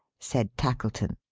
said tackleton.